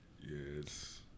Yes